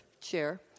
chair